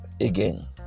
again